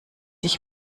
ich